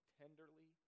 tenderly